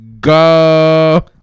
go